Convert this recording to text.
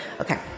okay